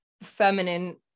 feminine